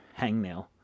Hangnail